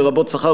לרבות שכר,